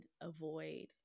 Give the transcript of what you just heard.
avoid